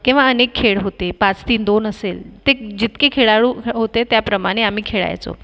किंवा आणिक खेळ होते पाच तीन दोन असेल ते जितके खेळाडू हो होते त्याप्रमाणे आम्ही खेळायचो